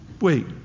Wait